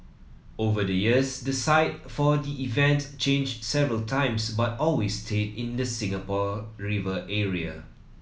over the years the site for the event changed several times but always stayed in the Singapore River area